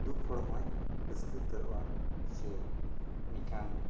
ᱫᱩᱠ ᱦᱚᱲ ᱦᱚᱭ ᱨᱟᱹᱥᱠᱟᱹ ᱩᱛᱟᱹᱨᱚᱜᱼᱟ ᱥᱮ ᱱᱤᱠᱟᱱ